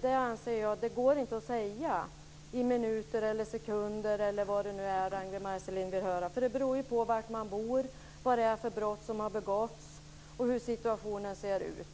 Det anser jag inte går att säga i minuter, sekunder eller vad det nu är Ragnwi Marcelind vill höra. Det beror ju på var man bor, vad det är för brott som har begåtts och hur situationen ser ut.